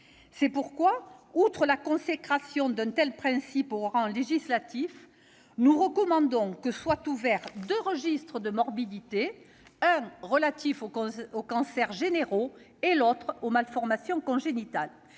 C'est pourquoi, outre la consécration d'un tel principe au rang législatif, nous recommandons que soient ouverts deux registres de morbidité, relatifs l'un aux cancers généraux et l'autre aux malformations congénitales.